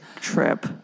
trip